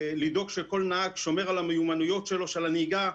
לדאוג שכל נהג שומר על המיומנויות שלו של הנהיגה,